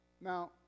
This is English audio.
Now